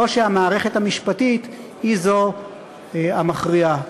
או שהמערכת המשפטית היא זו המכריעה?